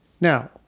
Now